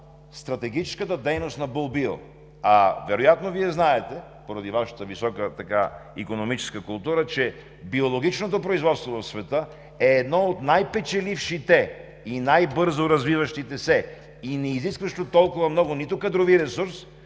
стратегическата дейност на „Бул Био“. Вероятно Вие знаете поради Вашата висока икономическа култура, че биологичното производство в света е едно от най-печелившите, най-бързо развиващите се и неизискващи толкова много нито кадрови ресурс,